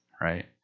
right